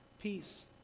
peace